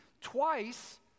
Twice